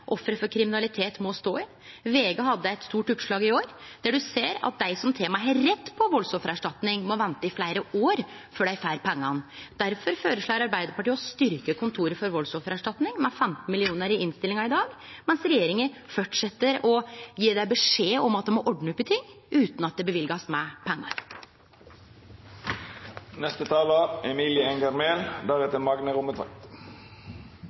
offer for kriminalitet må stå i. VG hadde eit stort oppslag tidlegare i år der ein ser at til og med dei som har rett på valdsoffererstatning, må vente i fleire år før dei får pengane. Difor føreslår Arbeidarpartiet å styrkje Kontoret for valdsoffererstatning med 15 mill. kr i innstillinga i dag, mens regjeringa held fram med å gje dei beskjed om at dei må ordne opp i ting, utan at det